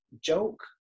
joke